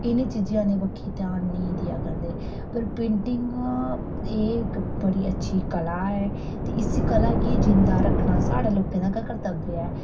इनें चीजें आह्ली बक्खी ध्यान नेईं देआ करदे पर पेंटिग एह् इक बड़ी अच्छी कला ऐ इसी कला गी जींदा रक्खना साढ़ा लोकें दा गै कर्त्तव्य ऐ